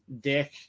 dick